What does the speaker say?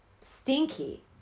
stinky